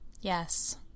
Yes